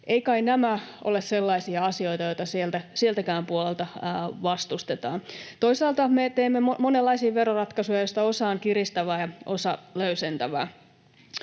Eivät kai nämä ole sellaisia asioita, joita sieltäkään puolelta vastustetaan? Toisaalta me teemme monenlaisia veroratkaisuja, joista osa on kiristäviä ja osa löysentäviä.